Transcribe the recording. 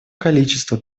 количество